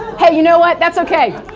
hey, you know what? that's ok.